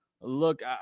Look